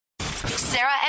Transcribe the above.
Sarah